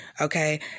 Okay